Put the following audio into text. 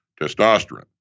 testosterone